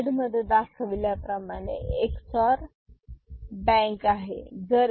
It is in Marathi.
स्लाइडमध्ये दाखवल्याप्रमाणे XOR बँक आहे